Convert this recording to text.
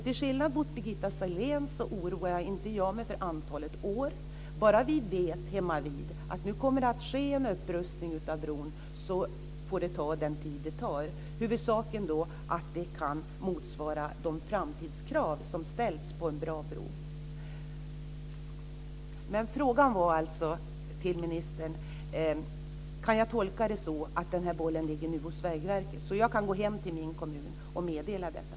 Till skillnad mot Birgitta Sellén oroar jag mig inte för antalet år. Bara vi vet hemmavid att det kommer att ske en upprustning av bron får det ta den tid det tar. Huvudsaken är att den motsvarar de framtidskrav som kan ställas på en bra bro. Frågan till ministern är alltså: Kan jag tolka det så att bollen nu ligger hos Vägverket, att jag kan gå hem till min kommun och meddela detta?